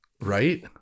Right